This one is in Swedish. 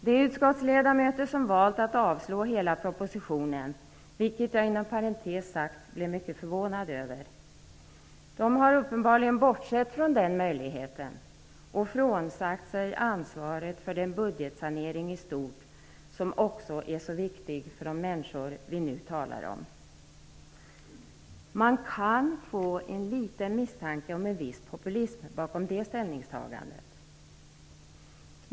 De utskottsledamöter som valt att avstyrka propositionen, vilket jag inom parentes sagt blev mycket förvånad över, har uppenbarligen bortsett från denna möjlighet och frånsagt sig ansvaret för den budgetsanering i stort som också är så viktig för de människor vi nu talar om. Man kan få en liten misstanke om en viss populism bakom det ställningstagandet.